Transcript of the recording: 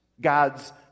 God's